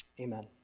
Amen